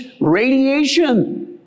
radiation